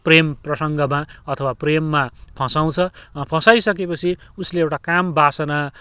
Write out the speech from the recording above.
प्रेम प्रसङ्गमा अथवा प्रेममा फसाउँछ फसाइसकेपछि उसले एउटा कामवासना